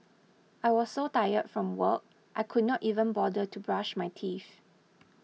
I was so tired from work I could not even bother to brush my teeth